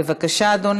תודה.